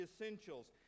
Essentials